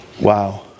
Wow